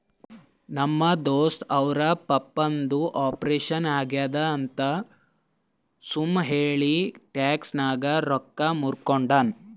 ನಮ್ ದೋಸ್ತ ಅವ್ರ ಪಪ್ಪಾದು ಆಪರೇಷನ್ ಆಗ್ಯಾದ್ ಅಂತ್ ಸುಮ್ ಹೇಳಿ ಟ್ಯಾಕ್ಸ್ ನಾಗ್ ರೊಕ್ಕಾ ಮೂರ್ಕೊಂಡಾನ್